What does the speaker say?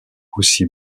aussi